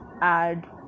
add